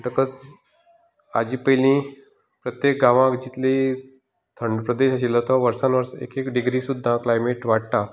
म्हणटकच हाचे पयलीं प्रत्येक गांवां जितली थंड प्रदेश आशिल्लो तो वर्सान वर्स एकेक डिग्री सुद्दा क्लायमेट वाडटा